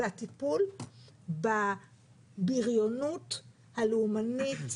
זה הטיפול בבריונות הלאומנית,